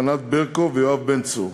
ענת ברקו ויואב בן צור,